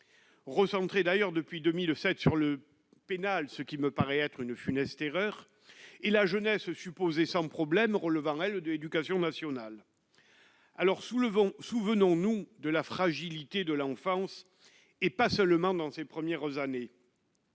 recentré, d'ailleurs, depuis 2007 sur le pénal, ce qui me paraît être une funeste erreur et la jeunesse supposé sans problèmes relevant elle de l'Éducation nationale, alors sous le vent, souvenons-nous de la fragilité de l'enfance, et pas seulement dans ses premières années